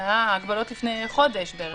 זה היה הגבלות לפני חודש בערך,